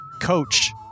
Coach